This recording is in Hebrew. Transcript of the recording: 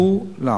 כולם.